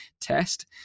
test